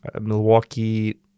Milwaukee